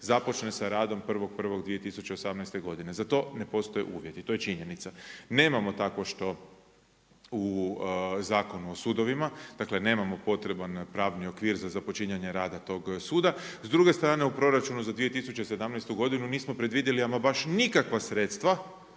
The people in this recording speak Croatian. započne sa radom 1.1.2018. godine. Za to ne postoje uvjeti, to je činjenica. Nemamo takvo što u Zakonu o sudovima. Dakle, nemamo potreban pravni okvir za započinjanje rada tog suda. S druge strane u proračunu za 2017. godinu nismo predvidjeli ama baš nikakva sredstva